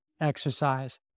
exercise